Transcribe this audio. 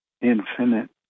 infinite